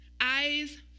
Eyes